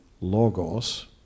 logos